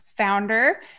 founder